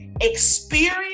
Experience